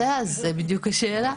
בדיוק השאלה.